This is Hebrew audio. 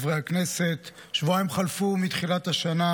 וחברי הכנסת, שבועיים חלפו מתחילת השנה,